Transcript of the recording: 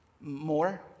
more